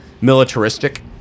militaristic